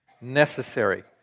necessary